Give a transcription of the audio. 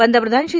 पंतप्रधान श्री